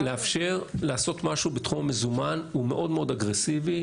לאפשר לעשות משהו בתחום המזומן הוא מאוד מאוד אגרסיבי,